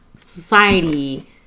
society